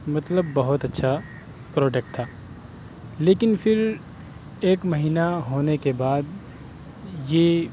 مطلب بہت اچھا پروڈکٹ تھا لیکن پھر ایک مہینہ ہونے کے بعد یہ